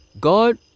God